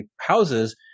houses